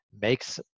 makes